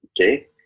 Okay